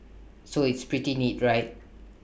so it's pretty neat right